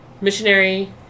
missionary